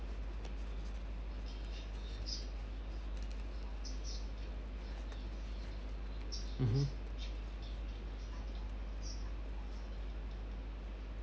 mmhmm